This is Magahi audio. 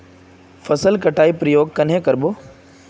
फसल कटाई प्रयोग कन्हे कर बो?